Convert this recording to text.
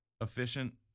efficient